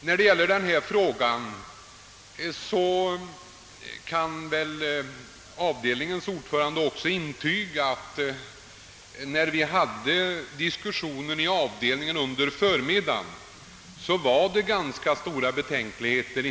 Vad gäller den fråga vi här diskuterar torde avdelningens ordförande kunna intyga att det under behandlingen i avdelningen på förmiddagen uttrycktes ganska stora betänkligheter.